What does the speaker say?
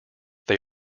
they